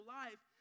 life